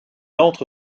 entre